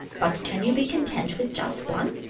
but can you be content with just one?